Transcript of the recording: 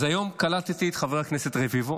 אז היום קלטתי את חבר הכנסת רביבו,